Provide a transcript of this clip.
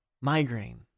Migraine